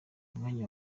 umwanya